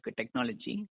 technology